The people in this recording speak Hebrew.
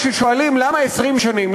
כששואלים למה 20 שנים,